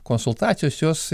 konsultacijos jos